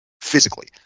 physically